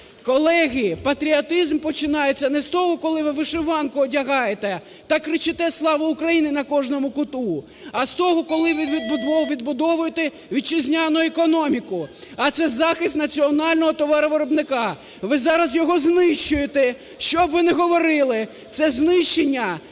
Колеги, патріотизм починається не з того, коли ви вишиванку одягаєте та кричите "Слава Україні!" на кожному куту, а з того, коли ви відбудовуєте вітчизняну економіку. А це захист національного товаровиробника. Ви зараз його знищуєте, що б ви не говорили, це знищення